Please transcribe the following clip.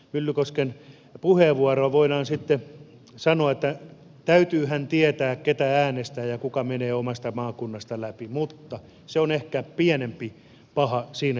myllykosken puheenvuorosta voidaan sitten sanoa että täytyyhän tietää ketä äänestää ja kuka menee omasta maakunnasta läpi mutta se on ehkä pienempi paha siinä järjestelmässä